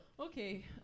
Okay